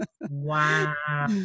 wow